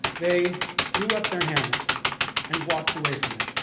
they threw up their hands and walked away from it,